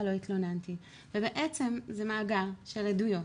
לא התלוננתי' ובעצם זה מאגר של עדויות,